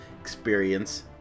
experience